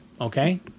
Okay